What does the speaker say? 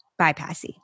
bypassy